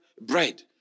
bread